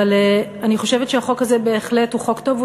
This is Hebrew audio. אבל אני חושבת שהחוק הזה הוא בהחלט חוק טוב.